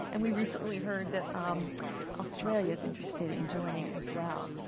and we recently heard that um australia is interested in joining as well.